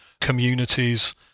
communities